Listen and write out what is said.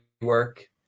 work